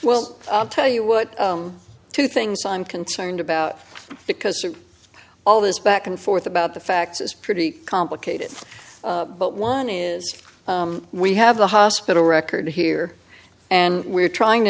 well i'll tell you what two things i'm concerned about because all this back and forth about the facts is pretty complicated but one is we have the hospital record here and we're trying to